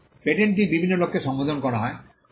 পেটেন্টটি বিভিন্ন লোককে সম্বোধন করা হয়